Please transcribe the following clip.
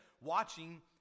watching